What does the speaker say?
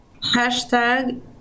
Hashtag